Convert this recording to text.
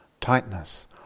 tightness